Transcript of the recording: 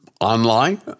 Online